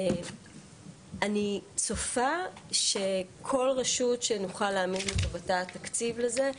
ואני צופה שכל רשות שנוכל להעמיד לטובתה תקציב לזה,